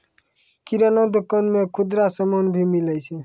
किराना दुकान मे खुदरा समान भी मिलै छै